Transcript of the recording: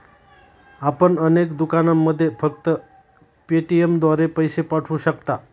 आपण अनेक दुकानांमध्ये फक्त पेटीएमद्वारे पैसे पाठवू शकता